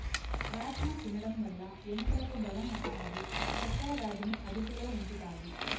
రాజ్మ తినడం వల్ల ఎముకలకు బలం వస్తాది, చక్కర వ్యాధిని అదుపులో ఉంచుతాది